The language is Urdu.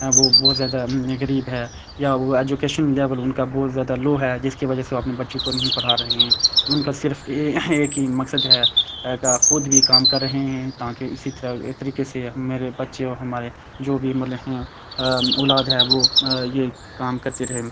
وہ بہت زیادہ غریب ہے یا وہ ایجوکیشن لیول ان کا بہت زیادہ لو ہے جس کے وجہ سے وہ اپنے بچوں کو نہیں پڑھا رہے ہیں ان کا صرف ایک ہی مقصد ہے کا خود بھی کام کر رہے ہیں تاکہ اسی طرح ایک طریقے سے میرے بچے اور ہمارے جو بھی ملے ہیں اولاد ہے وہ یہ کام کرتے رہے